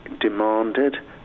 demanded